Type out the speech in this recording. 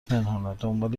پنهونه، دنبال